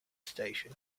station